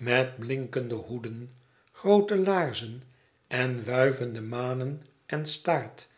met blinkende hoeden groote laarzen en wuivende manen en staart